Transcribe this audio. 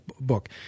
book